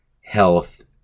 health